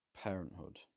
Parenthood